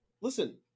Listen